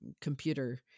computer